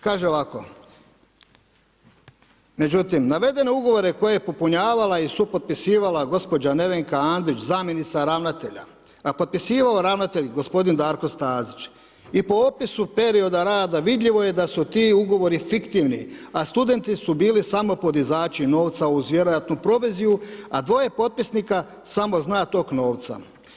Kaže ovako, međutim, navedene ugovore koje je popunjavala i supotpisivala gospođa Nevenka Andrić, zamjenica ravnatelja, a potpisivao ravnatelj, gospodin Darko Stazić i po opisu perioda rada vidljivo je da su ti ugovori fiktivni, a studenti su bili samo podizači novca uz vjerojatnu proviziju, a dvoje potpisnika samo zna tok novca.